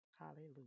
Hallelujah